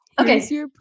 okay